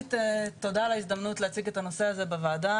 ראשית תודה על ההזדמנות להציג את הנושא הזה בוועדה.